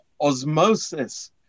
osmosis